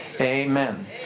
Amen